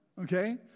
okay